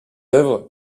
œuvres